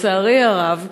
לצערי הרב,